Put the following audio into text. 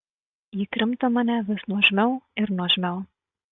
ji krimto mane vis nuožmiau ir nuožmiau